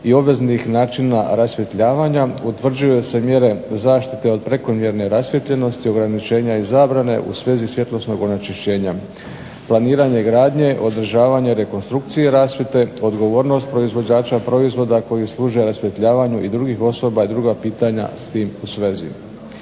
i obveznih načina rasvjetljavanja utvrđuju se mjere zaštite od prekomjerne rasvijetljenosti, ograničenja i zabrane u svezi svjetlosnog onečišćenja, planiranje gradnje, održavanje rekonstrukcije rasvjete, odgovornost proizvođača proizvoda koji služe rasvjetljavanju i drugih osoba, druga pitanja s tim u svezi.